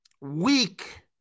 Weak